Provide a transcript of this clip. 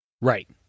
Right